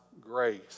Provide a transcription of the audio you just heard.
grace